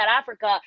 africa